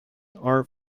are